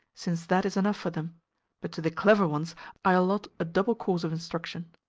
since that is enough for them but to the clever ones i allot a double course of instruction.